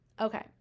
Okay